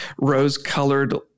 rose-colored